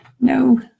No